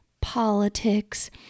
politics